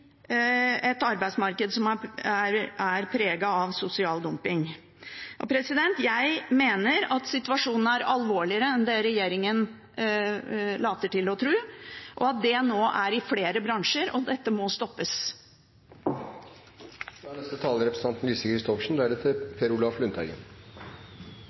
et arbeidsmarked preget av sosial dumping. Jeg mener at situasjonen er mer alvorlig enn det regjeringen later til å tro, at det nå gjelder flere bransjer, og at dette må stoppes.